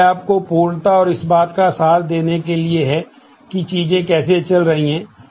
तो यह आपको पूर्णता और इस बात का सार देने के लिए है कि चीजें कैसे चल रही हैं